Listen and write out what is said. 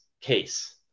case